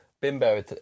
bimbo